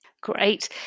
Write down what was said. Great